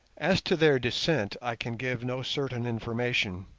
as to their descent i can give no certain information.